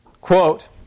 Quote